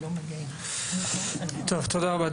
תודה רבה.